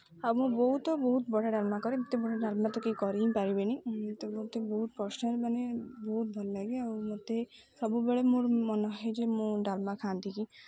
ଆଉ ମୁଁ ବହୁତ ବହୁତ ବଢ଼ିଆ ଡ଼ାଲମା କରେ ଏତେ ବଢ଼ିଆ ଡ଼ାଲମା ତ କେହି କରି ହିଁ ପରିବେନି ମୋତେ ମୋତେ ପର୍ସନାଲ୍ ମାନେ ବହୁତ ଭଲ ଲାଗେ ଆଉ ମୋତେ ସବୁବେଳେ ମୋର ମାନେହୁଏ ଯେ ମୁଁ ଡ଼ାଲମା ଖାଆନ୍ତି କି